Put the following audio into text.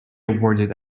awarded